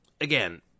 again